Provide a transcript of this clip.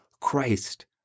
Christ